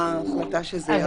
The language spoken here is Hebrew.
ההחלטה שזה ירד.